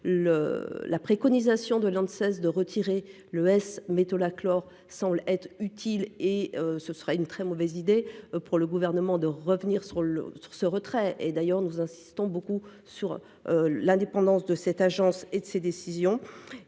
la préconisation de l'de cesse de retirer le S-métolachlore semble être utile et ce sera une très mauvaise idée pour le gouvernement de revenir sur le sur ce retrait et d'ailleurs nous insistons beaucoup sur. L'indépendance de cette agence et de ses décisions